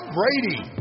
Brady